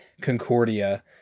Concordia